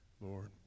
Lord